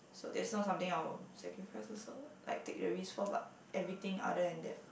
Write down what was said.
so that's not something I would sacrifice also like take the risk for but everything other than that